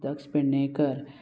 Daksh Pednekar